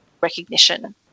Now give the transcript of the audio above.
recognition